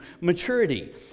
maturity